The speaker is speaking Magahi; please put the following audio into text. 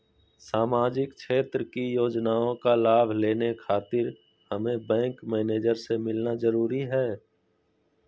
सामाजिक क्षेत्र की योजनाओं का लाभ लेने खातिर हमें बैंक मैनेजर से मिलना जरूरी है?